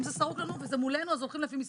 אם זה סרוק לנו וזה מולנו, אז הולכים לפי מספר.